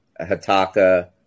Hataka